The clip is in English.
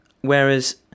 whereas